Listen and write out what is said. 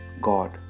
God